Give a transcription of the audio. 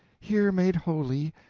here made holy,